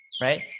right